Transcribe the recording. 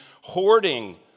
hoarding